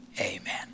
amen